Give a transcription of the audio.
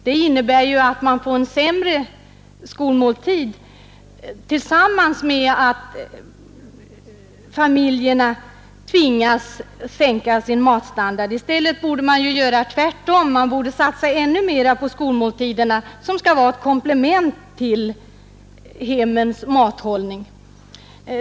Det innebär att man får en sämre kvalitet på skolmåltiderna tillsammans med att familjerna tvingas sänka sin matstandard. I stället borde man göra tvärtom, dvs. satsa ännu mera på skolmåltiderna som skall vara ett komplement till hemmens mathållning.